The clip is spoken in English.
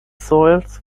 soils